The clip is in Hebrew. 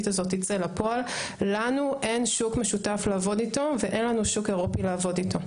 לנו אין שוק משותף לעבוד איתו ואין לנו שוק אירופי לעבוד איתו.